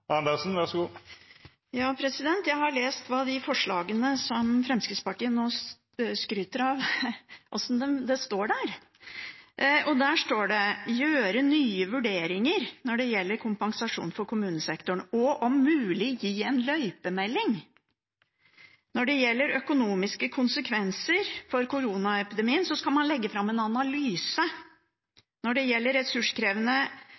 Jeg har lest de forslagene som Fremskrittspartiet nå skryter av, hva det står der, og hvordan det står. Der står det «gjøre nye vurderinger» når det gjelder kompensasjon for kommunesektoren, og «om mulig gi en løypemelding». Når det gjelder økonomiske konsekvenser av koronapandemien, skal man «legge frem en